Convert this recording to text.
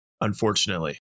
unfortunately